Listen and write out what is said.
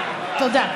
תודה.